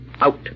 Out